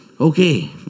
Okay